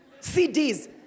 CDs